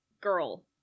girl